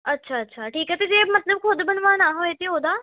ਅੱਛਾ ਅੱਛਾ ਠੀਕ ਹੈ ਅਤੇ ਜੇ ਮਤਲਬ ਖੁਦ ਬਣਵਾਉਣਾ ਹੋਏ ਤਾਂ ਉਹਦਾ